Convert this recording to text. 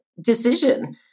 decision